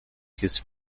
his